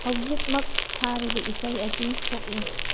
ꯍꯧꯖꯤꯛꯃꯛ ꯊꯥꯔꯤꯕ ꯏꯁꯩ ꯑꯁꯤ ꯊꯣꯛꯂꯤ